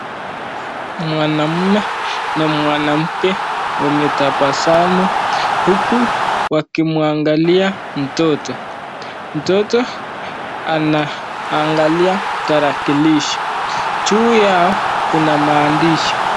Mwanaume na mwanamke wametabasamu uku wakimwangalia mtoto. Mtoto anaangalia tarakilishi. Juu yao kuna maandishi.